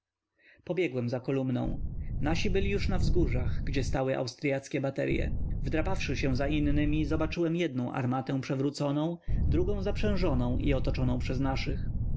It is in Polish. pobiegłem za kolumną nasi byli już na wzgórzach gdzie stały austryackie baterye wdrapawszy się za innymi zobaczyłem jednę armatę przewróconą drugą zaprzężoną i otoczoną przez naszych